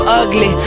ugly